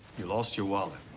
you lost your wallet.